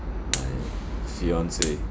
my fiance